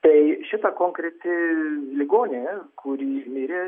tai šita konkreti ligonė kuri mirė